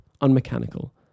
unmechanical